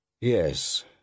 Yes